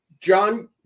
John